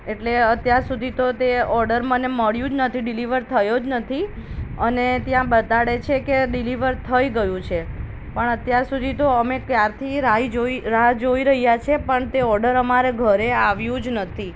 એટલે અત્યાર સુધી તો તે ઓર્ડર મને મળ્યું જ નથી ડિલિવર થયો જ નથી અને ત્યાં બતાડે છે કે ડિલિવર થઈ ગયું છે પણ અત્યાર સુધી તો અમે ક્યારથી રાહી જોઈ રાહ જોઈ રહ્યા છીએ પણ તે ઓર્ડર અમારે ઘરે આવ્યું જ નથી